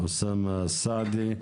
אוסאמה סעדי,